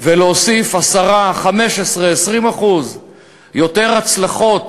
ולהוסיף 10%, 15%, 20% יותר הצלחות